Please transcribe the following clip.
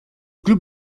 club